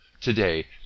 Today